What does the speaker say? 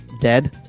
dead